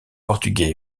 portugais